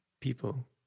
people